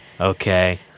Okay